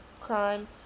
crime